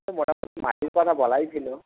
মাটির কথা বলাই ছিলো